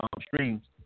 streams